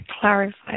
clarify